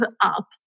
up